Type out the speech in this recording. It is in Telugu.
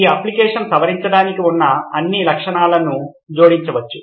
ఈ అప్లికేషన్ సవరించడానికి ఉన్న అన్ని లక్షణాలను జోడించవచ్చు